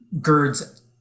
girds